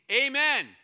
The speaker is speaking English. amen